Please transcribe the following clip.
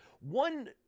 One